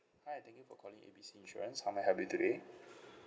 hi thank you for calling A B C insurance how may I help you today